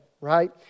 Right